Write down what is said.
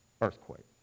earthquake